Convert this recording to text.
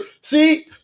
See